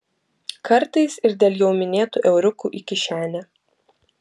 kartais ir dėl jau minėtų euriukų į kišenę